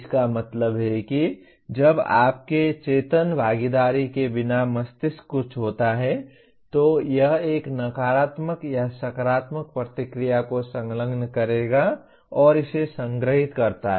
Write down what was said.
इसका मतलब है कि जब आपके चेतन भागीदारी के बिना मस्तिष्क कुछ होता है तो यह एक नकारात्मक या सकारात्मक प्रतिक्रिया को संलग्न करेगा और इसे संग्रहीत करता है